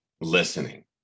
listening